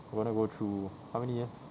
we're going to go through how many years